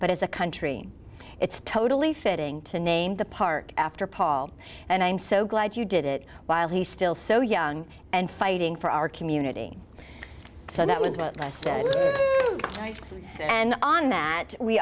but as a country it's totally fitting to name the park after paul and i'm so glad you did it while he's still so young and fighting for our community so that was about right and on that we